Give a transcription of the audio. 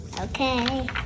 Okay